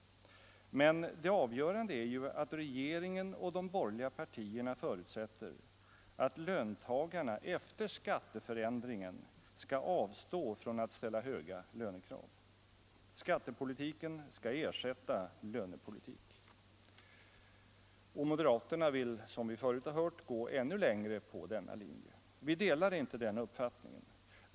Men det avgörande är att regeringen och de borgerliga partierna förutsätter att löntagarna efter skatteförändringen skall avstå från att ställa höga lönekrav. Skattepolitiken skall ersätta lönepolitik. Moderaterna vill, som vi tidigare hört, gå ännu längre på denna linje. Vi delar inte denna uppfattning.